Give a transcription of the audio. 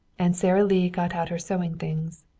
and sara lee got out her sewing things.